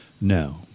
No